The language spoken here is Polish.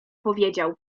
powiedział